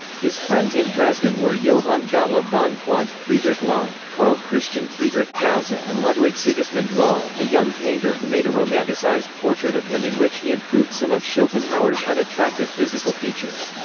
his friends in dresden were johann gottlob von quandt, friedrich laun, karl christian friedrich krause ah and ludwig sigismund ruhl, a young painter who made a romanticized portrait of him in which he improved some of schopenhauer's unattractive physical features.